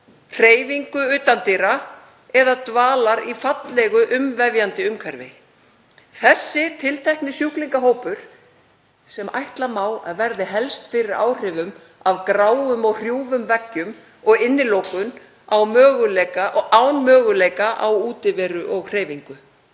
hreyfingu utan dyra eða dvöl í fallegu, umvefjandi umhverfi. Þessi tiltekni sjúklingahópur sem ætla má að verði helst fyrir áhrifum af gráum og hrjúfum veggjum og innilokun án möguleika á útiveru og hreyfingu.